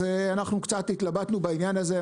אז אנחנו קצת התלבטנו בעניין הזה.